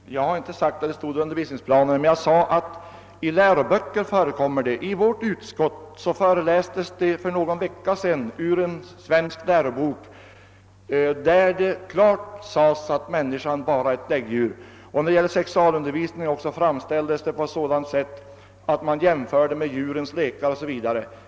Herr talman! Jag har inte sagt att detta står i undervisningsplanerna, men jag har sagt att det förekommer i läroböcker. I vårt utskott föreläste man för någon vecka sedan ur en svensk lärobok där det klart sades att människan bara är ett däggdjur och sexuallivet jämfördes med djurens lekar.